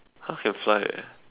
!huh! can fly eh